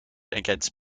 against